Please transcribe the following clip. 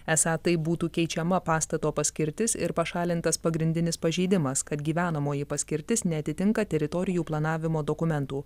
esą taip būtų keičiama pastato paskirtis ir pašalintas pagrindinis pažeidimas kad gyvenamoji paskirtis neatitinka teritorijų planavimo dokumentų